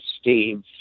Steve